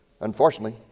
Unfortunately